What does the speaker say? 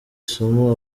isomo